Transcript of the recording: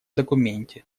документе